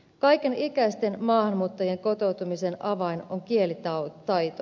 kaiken ikäisten maahanmuuttajien kotoutumisen avain on kielitaito